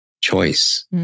choice